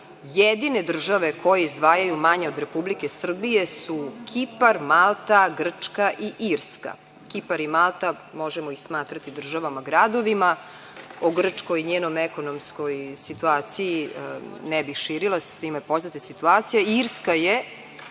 Jedine države koje izdvajaju manje od Republike Srbije su Kipar, Malta, Grčka i Irska. Kipar i Malta, možemo ih smatrati državama gradovima. O Grčkoj i njenoj ekonomskoj situaciji ne bih širila, svima je poznata situacija. Irska je